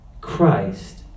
christ